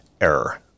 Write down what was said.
error